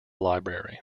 library